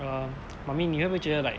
uh mummy 你会不会觉得 like